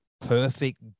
perfect